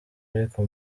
ariko